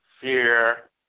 fear